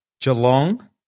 Geelong